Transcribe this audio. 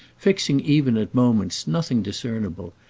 fixing even at moments nothing discernible,